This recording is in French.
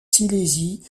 silésie